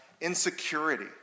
insecurity